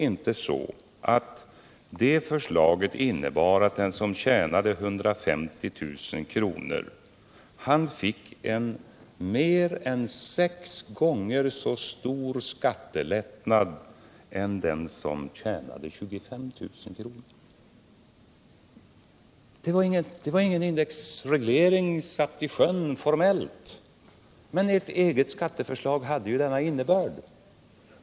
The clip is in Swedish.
Innebar inte det förslaget att den som tjänade 150 000 kronor fick mer än sex gånger så stor skattelättnad som den som tjänade 25 000 kronor? Formellt var ingen indexreglering satt i sjön, men ert eget skatteförslag hade denna innebörd.